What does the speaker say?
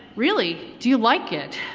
really, do you like it?